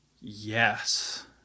yes